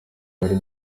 bari